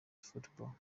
football